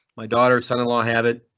my daughter son in law have it.